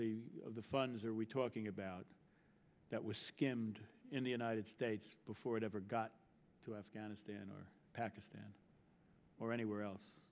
much of the funds are we talking about that was skimmed in the united states before it ever got to afghanistan or pakistan or anywhere else